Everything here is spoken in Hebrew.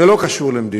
זה לא קשור למדיניות.